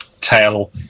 tail